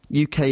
UK